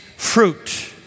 Fruit